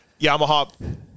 Yamaha